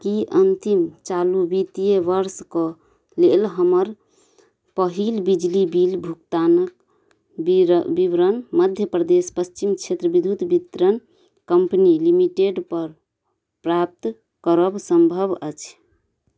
कि अन्तिम चालू वित्तीय वर्षके लेल हमर पहिल बिजली बिल भुगतानके वि विवरण मध्य प्रदेश पच्छिम क्षेत्र विद्युत वितरण कम्पनी लिमिटेडपर प्राप्त करब सम्भव अछि